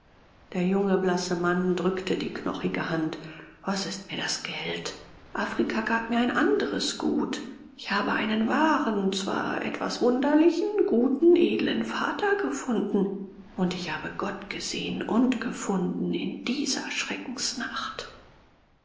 der junge blasse mann drückte die knochige hand was ist mir das geld afrika gab mir ein andres gut ich habe einen wahren zwar etwas wunderlichen guten edlen vater gefunden und ich habe gott gesehen und gefunden in dieser